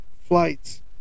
flights